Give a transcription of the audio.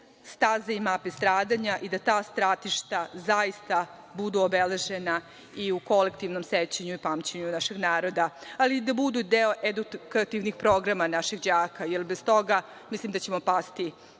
staze i mape stradanja i da ta stratišta zaista budu obeležena i u kolektivnom sećanju ili pamćenju našeg naroda, a i da budu deo edukativnih programa naših đaka, jer bez toga mislim da ćemo pasti